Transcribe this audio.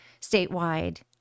statewide